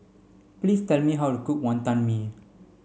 please tell me how to cook Wonton Mee